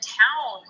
town